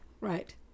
right